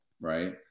right